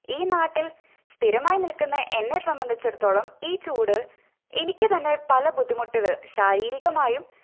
ഈ നാട്ടിൽ സ്ഥിരമായി നിൽക്കുന്ന എന്നെ സംബന്ധിച്ചിടത്തോളം ഈ ചൂട് എനിക്ക് തന്നെ പല ബുദ്ധിമുട്ടുകൾ ശാരീരികമായും